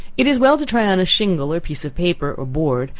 it is well to try on a shingle, or piece of paper, or board,